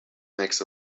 makes